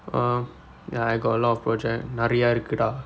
uh ya I got a lot of project நிறைய இருக்குடா:niraiya irukkudaa